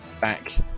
back